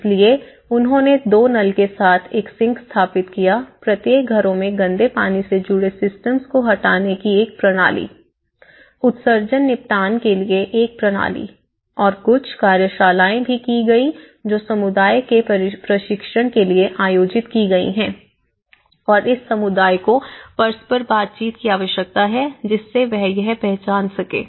इसलिए उन्होंने दो नल के साथ एक सिंक स्थापित किया प्रत्येक घरों में गंदे पानी से जुड़े सिस्टम को हटाने की एक प्रणाली उत्सर्जन निपटान के लिए एक प्रणाली और कुछ कार्यशालाएं भी की गई जो समुदाय के प्रशिक्षण के लिए आयोजित की गई हैं और इस समुदाय को परस्पर बातचीत की आवश्यकता है जिससे वह यह पहचान सके